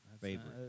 Favorite